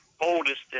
oldest